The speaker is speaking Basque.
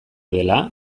dela